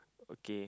okay